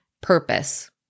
purpose